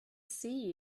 see